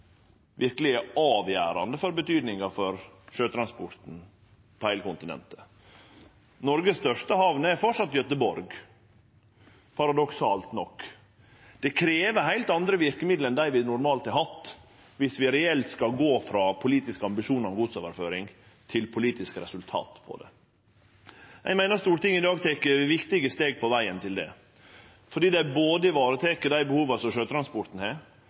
avgjerande for betydinga for sjøtransporten på heile kontinentet. Noregs største hamn er framleis Göteborg, paradoksalt nok. Det krev heilt andre verkemiddel enn dei vi normalt har hatt, om vi reelt skal gå frå politiske ambisjonar om godsoverføring til politiske resultat på det. Eg meiner Stortinget i dag tek viktige steg på vegen dit fordi ein varetek dei behova sjøtransporten har,